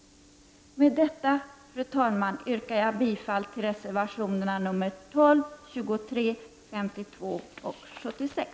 Med detta, fru talman, yrkar jag bifall till reservationerna nr 12, 23, 52 och 76.